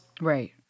Right